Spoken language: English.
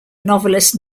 novelist